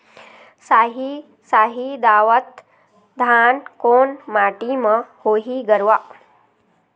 साही शाही दावत धान कोन माटी म होही गरवा?